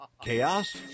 Chaos